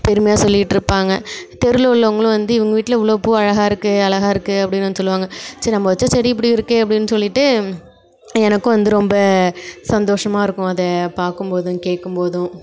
பெருமையாக சொல்லிக்கிட்டே இருப்பாங்க தெருவில் உள்ளவங்களும் வந்து இவங்கள் வீட்டில் இவ்வளோ பூ அழகாக இருக்கு அழகா இருக்கு அப்படின்னு வந்து சொல்வாங்க சரி நம்ம வைச்ச செடி இப்படி இருக்கே அப்படின்னு சொல்லிவிட்டு எனக்கும் வந்து ரொம்ப சந்தோசமாக இருக்கும் அதை பார்க்கும் போதும் கேட்கும் போதும்